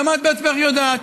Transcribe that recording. גם את בעצמך יודעת,